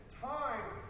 time